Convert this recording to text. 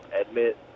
admit